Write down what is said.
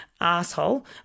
asshole